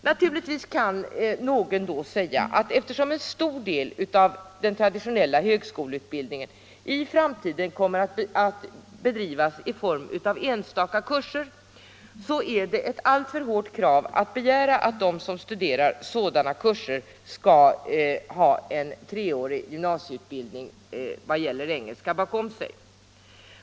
Naturligtvis kan någon invända att eftersom en stor del av den traditionella högskoleutbildningen i framtiden kommer att bedrivas i form av enstaka kurser är det ett alltför hårt krav att de som genomgår sådana kurser skall ha en treårig gymnasieutbildning i engelska bakom sig.